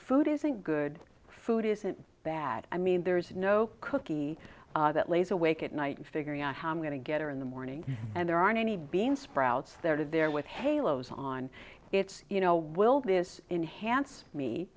food isn't good food isn't bad i mean there's no cookie that lays awake at night and figuring out how i'm going to get her in the morning and there aren't any beansprouts there are there with halos on it's you know will this enhance me